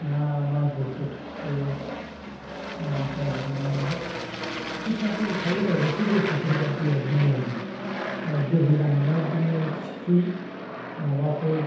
ना मागुरफोर थायो ओमफ्राय बिदिनो खुसियाफोरबो थायो आरो एसे गोथौफोरबा दैया दिमोलबा फ्राय बोहैलांनायाव बिदिनो फिथिख्रि मावाफोर